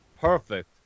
perfect